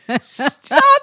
Stop